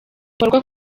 gikorwa